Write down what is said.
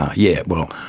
yes, well,